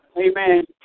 Amen